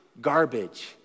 garbage